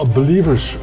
Believers